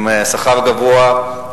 עם שכר גבוה,